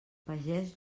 pagès